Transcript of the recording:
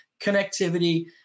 connectivity